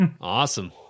Awesome